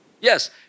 Yes